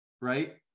right